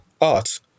art